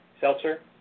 Seltzer